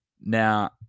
Now